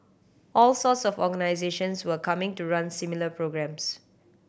all sorts of organisations were coming to run similar programmes